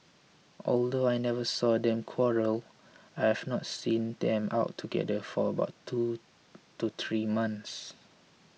although I never saw them quarrel I haven't seen them out together for about two to three months